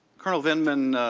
colonel vindman,